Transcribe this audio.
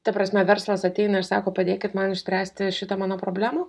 ta prasme verslas ateina ir sako padėkit man išspręsti šitą mano problemą